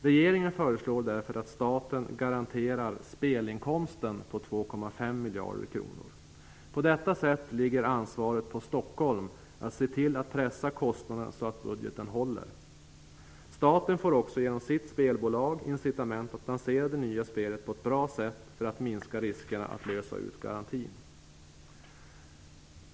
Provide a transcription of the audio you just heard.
Regeringen föreslår därför att staten garanterar spelinkomsten på 2,5 miljarder kronor. På detta sätt ligger ansvaret på Stockholm att pressa kostnaderna så att budgeten håller. Staten får också genom sitt spelbolag incitament att lansera det nya spelet på ett bra sätt för att minska riskerna att behöva lösa ut garantin.